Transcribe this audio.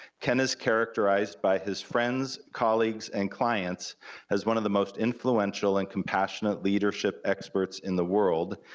ken is characterized by his friends, colleagues, and clients as one of the most influential and compassionate leadership experts in the world.